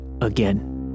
again